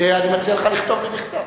אני מציע לך לכתוב לי מכתב.